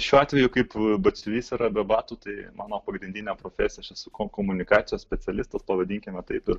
šiuo atveju kaip batsiuvys yra be batų tai mano pagrindinė profesija aš esu komunikacijos specialistas pavadinkime taip ir